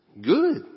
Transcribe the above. good